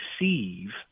receive